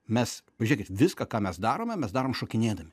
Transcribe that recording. mes pažiūrėkit viską ką mes darome mes darom šokinėdami